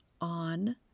on